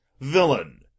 villain